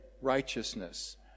righteousness